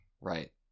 Right